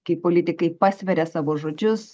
kai politikai pasveria savo žodžius